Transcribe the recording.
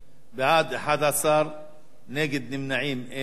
בעד, 11, נגד ונמנעים, אין.